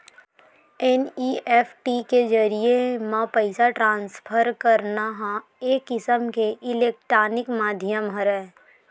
NEFT के जरिए म पइसा ट्रांसफर करना ह एक किसम के इलेक्टानिक माधियम हरय